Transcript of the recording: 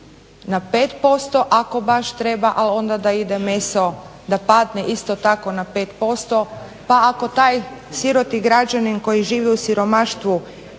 na 5% ako baš treba, a onda da ide meso, da padne isto tako na 5%, pa ako taj siroti građanin koji živi u siromaštvu